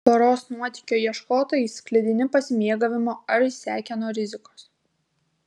poros nuotykio ieškotojai sklidini pasimėgavimo ar išsekę nuo rizikos